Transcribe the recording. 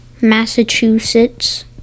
Massachusetts